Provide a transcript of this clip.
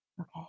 okay